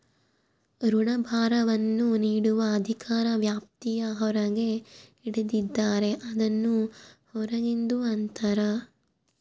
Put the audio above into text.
ಋಣಭಾರವನ್ನು ನೀಡುವ ಅಧಿಕಾರ ವ್ಯಾಪ್ತಿಯ ಹೊರಗೆ ಹಿಡಿದಿದ್ದರೆ, ಅದನ್ನು ಹೊರಗಿಂದು ಅಂತರ